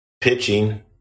pitching